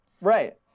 right